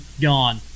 gone